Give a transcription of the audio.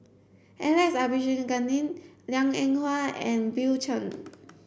Alex Abisheganaden Liang Eng Hwa and Bill Chen